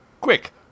Quick